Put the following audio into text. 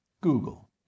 Google